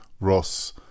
Ross